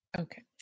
Okay